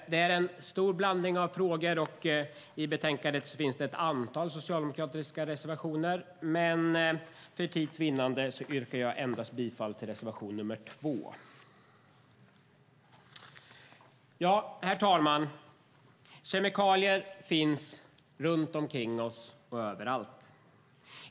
Det är en stor blandning av frågor, och i betänkandet finns det ett antal socialdemokratiska reservationer, men för tids vinnande yrkar jag bifall endast till reservation nr 2. Herr talman! Kemikalier finns runt omkring oss och överallt.